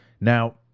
Now